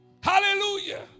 hallelujah